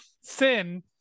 sin